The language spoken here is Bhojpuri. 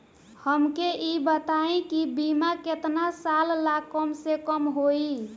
हमके ई बताई कि बीमा केतना साल ला कम से कम होई?